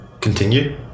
continue